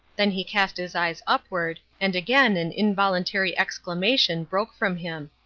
then he cast his eyes upward, and again an involuntary exclamation broke from him.